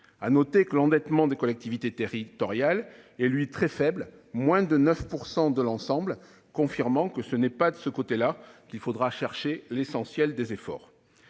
Notons que l'endettement des collectivités territoriales est, quant à lui, très faible- moins de 9 % de l'ensemble -, confirmant que ce n'est pas de ce côté-là qu'il faudra accomplir l'essentiel des efforts.